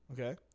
Okay